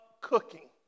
cooking